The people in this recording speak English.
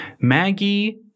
Maggie